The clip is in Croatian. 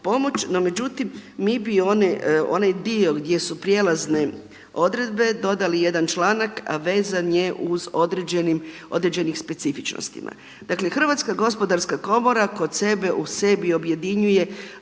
no međutim mi bi onaj dio gdje su prijelazne odredbe dodali jedan članak a vezan je uz određene specifičnosti. Dakle Hrvatska gospodarska komora kod sebe u sebi objedinjuje